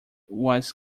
was